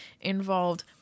involved